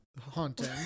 Haunting